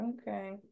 okay